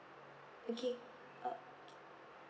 okay okay